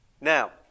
Now